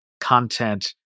content